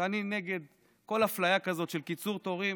ואני נגד כל אפליה כזאת של קיצור תורים,